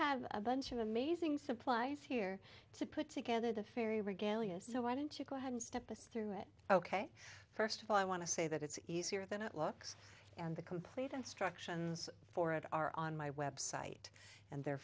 have a bunch of amazing supplies here to put together the very regalia so why don't you go ahead and step us through it ok first of all i want to say that it's easier than it looks and the complete instructions for it are on my website and they're